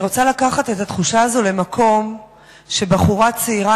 אני רוצה לקחת את התחושה הזאת למקום שבחורה צעירה